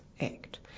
Act